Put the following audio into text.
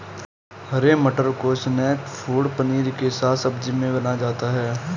हरे मटर को snack food पनीर के साथ सब्जी में बनाया जाता है